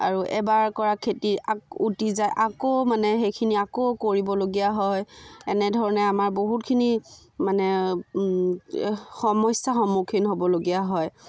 আৰু এবাৰ কৰা খেতি আকৌ উটি যায় আকৌ মানে সেইখিনি আকৌ কৰিবলগীয়া হয় এনেধৰণে আমাৰ বহুতখিনি মানে সমস্যাৰ সন্মুখীন হ'বলগীয়া হয়